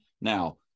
Now